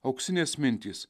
auksinės mintys